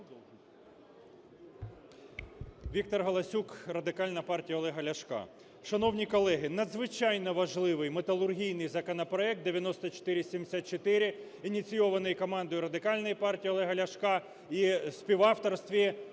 Віктор Галасюк, Радикальна партія Олега Ляшка. Шановні колеги, надзвичайно важливий металургійний законопроект 9474, ініційований командою Радикальної партії Олега Ляшка і в співавторстві